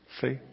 See